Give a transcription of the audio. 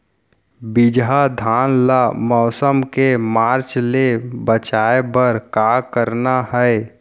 बिजहा धान ला मौसम के मार्च ले बचाए बर का करना है?